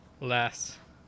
Less